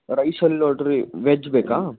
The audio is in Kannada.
ರೈಸಲ್ಲಿ ನೋಡಿರಿ ವೆಜ್ ಬೇಕಾ